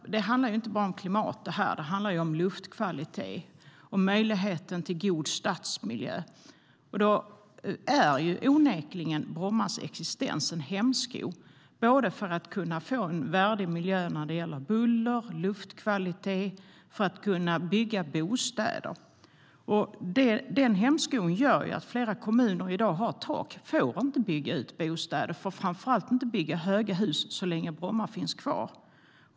Det handlar ju inte bara om klimat, utan det handlar också om luftkvalitet och möjligheten till en god stadsmiljö. Då är onekligen Brommas existens en hämsko för att få en värdig miljö när det gäller buller, luftkvalitet och för att kunna bygga bostäder. Den hämskon gör att flera kommuner i dag har ett tak och får inte bygga bostäder, framför allt inte höga hus så länge Bromma finns kvar.